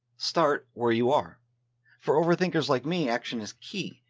start where you are for overthinkers like me. action is key.